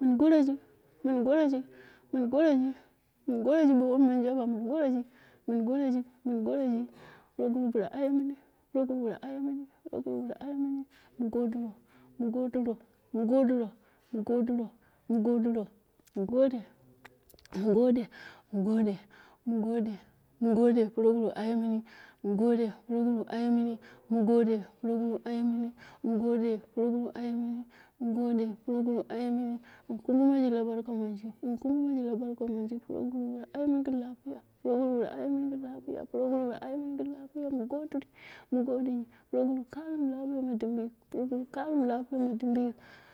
mun goroji, mun goroji mun goroji, mun goroji bo womuuu jaba mun goroji, mu goroji mur goroji, mun goroji, proguru bila aye mimi proguru bila aye mini proguru aye mimi mu godiro. ma godiro, mu godiro mu godiro moi godiro, mu gode, mu gode, mu gode, mu gode proguru aye mini mu gode proguru aye mini, mu gode proguru aye mini mu gode proguru aye mini, mu gode proguru aye mini, mum kummaji la barka monji, mum kummari la barka monji, proguru aye mini gɨn lapiya, proguru aye mini gɨn lapiya proguru aye mini gin lapiya mu gode mu gode mu gode mu gode mu gode mu gode mu gode proguru kaimu lepiya mu dimbiyik, pro guru kai nu lapiya mu ɗimbiyik.